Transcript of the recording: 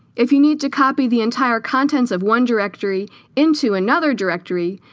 if you need to copy the entire contents of one directory into another directory,